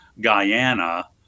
Guyana